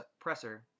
presser